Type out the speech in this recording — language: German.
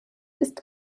ist